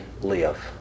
live